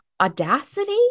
audacity